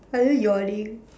are you yawning